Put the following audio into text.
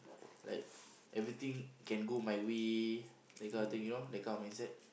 like everything can go my way that kind of thing you know that kind of mindset